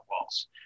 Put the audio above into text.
walls